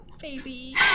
baby